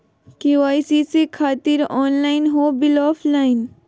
KYC से खातिर online हो बिल ऑफलाइन?